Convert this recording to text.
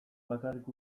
bakarrik